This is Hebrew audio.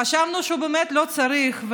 חשבנו שהוא באמת לא צריך,